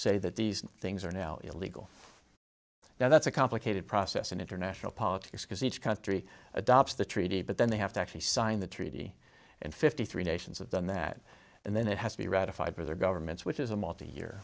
say that these things are now illegal now that's a complicated process in international politics because each country adopts the treaty but then they have to actually sign the treaty and fifty three nations of done that and then it has to be ratified by their governments which is a multi year